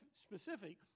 specific